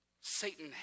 Satan